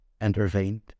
intervened